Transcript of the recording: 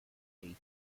eighty